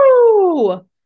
Woo